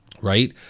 right